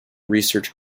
research